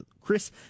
Chris